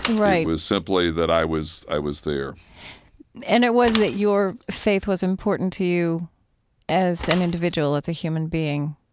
was simply that i was i was there and it was that your faith was important to you as an individual, as a human being,